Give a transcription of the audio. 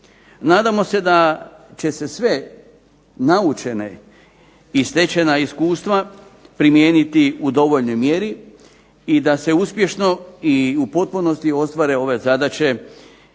Nadamo se da će se sva naučena i stečena iskustva primijeniti u dovoljnoj mjeri da se uspješno i u potpunosti ostvare ove zadaće